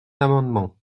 amendement